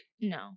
No